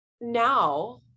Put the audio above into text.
now